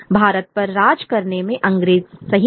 भारत पर राज करने में अंग्रेज सही हैं